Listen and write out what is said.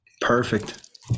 Perfect